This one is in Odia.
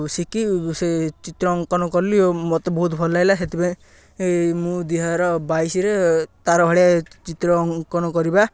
ଶିିଖି ସେ ଚିତ୍ର ଅଙ୍କନ କଲି ମୋତେ ବହୁତ ଭଲ ଲାଗିଲା ସେଥିପାଇଁ ମୁଁ ଦୁଇ ହଜାର ବାଇଶିରେ ତା'ର ଭଳିଆ ଚିତ୍ର ଅଙ୍କନ କରିବା